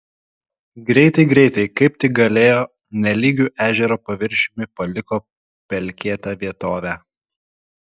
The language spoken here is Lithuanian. greitai greitai kaip tik galėjo nelygiu ežero paviršiumi paliko pelkėtą vietovę